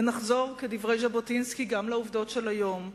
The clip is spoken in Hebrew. ונחזור, כדברי ז'בוטינסקי, גם לעובדות של היום.